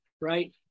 right